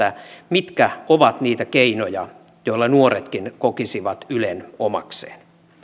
mitkä ovat niitä keinoja joilla nuoretkin kokisivat ylen omakseen ylen